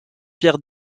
pierre